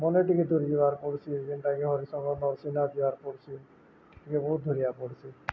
ମନେ ଟିକେ ଦୂରି ଯିବାର୍ ପଡ଼୍ସି ଯେନ୍ଟାକି ହରିସଙ୍ଗ ନ ସନା ଯିବାର୍ ପଡ଼୍ସି ଟିକେ ବହୁତ ଧରିବାକୁ ପଡ଼୍ସି